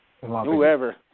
Whoever